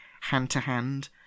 hand-to-hand